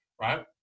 Right